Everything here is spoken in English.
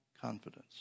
confidence